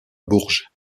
bourges